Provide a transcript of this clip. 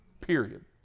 Period